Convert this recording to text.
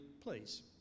please